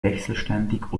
wechselständig